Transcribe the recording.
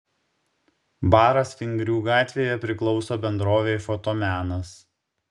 baras vingrių gatvėje priklauso bendrovei fotomenas